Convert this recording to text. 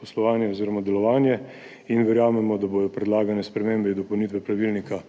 poslovanje oziroma delovanje in verjamemo, da bodo predlagane spremembe in dopolnitve pravilnika